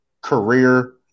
career